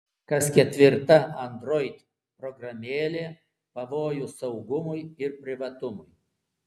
kas ketvirta android programėlė pavojus saugumui ir privatumui